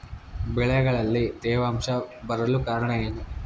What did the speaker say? ಬೆಳೆಗಳಲ್ಲಿ ತೇವಾಂಶ ಬರಲು ಕಾರಣ ಏನು?